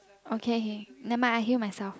okay k nevermind I kill myself